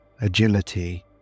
agility